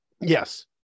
Yes